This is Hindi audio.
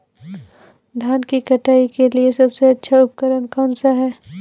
धान की कटाई के लिए सबसे अच्छा उपकरण कौन सा है?